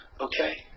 okay